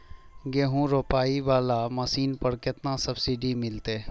गेहूं रोपाई वाला मशीन पर केतना सब्सिडी मिलते?